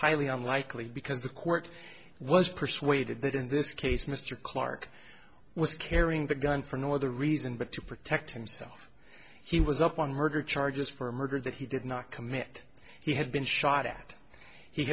highly unlikely because the court was persuaded that in this case mr clark was carrying the gun for no other reason but to protect himself he was up on murder charges for a murder that he did not commit he had been shot at he